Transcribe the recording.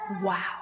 wow